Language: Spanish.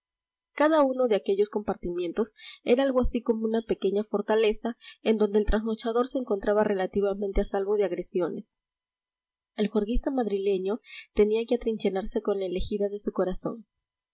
cada uno de aquellos compartimientos era algo así como una pequeña fortaleza en donde el trasnochador se encontraba relativamente a salvo de agresiones el juerguista madrileño tenía que atrincherarse con la elegida de su corazón